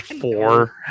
four